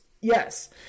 yes